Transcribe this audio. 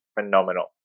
phenomenal